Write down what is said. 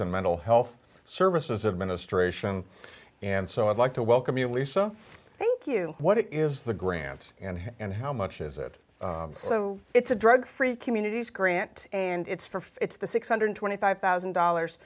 and mental health services administration and so i'd like to welcome you lisa thank you what is the grant and how much is it so it's a drug free communities grant and it's for it's the six hundred and twenty five thousand dollars